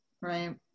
right